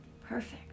Perfect